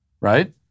right